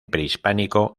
prehispánico